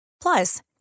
Plus